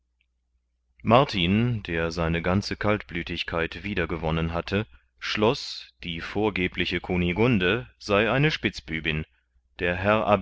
martin der seine ganze kaltblütigkeit wieder gewonnen hatte schloß die vorgebliche kunigunde sei eine spitzbübin der herr